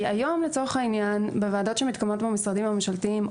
היום לצורך העניין בוועדות שמתקיימות במשרדים הממשלתיים,